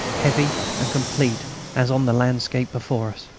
heavy and complete as on the landscape before us.